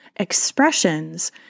expressions